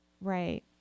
right